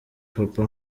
papa